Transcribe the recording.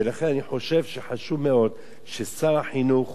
ולכן, אני חושב שחשוב מאוד ששר החינוך